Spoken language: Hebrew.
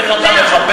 איך אתה מחבר,